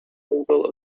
table